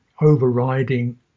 overriding